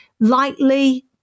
Lightly